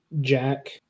Jack